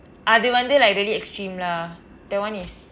அது வந்து:athu vanthu like really extreme lah that one is